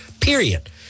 period